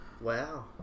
Wow